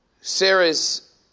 Sarah's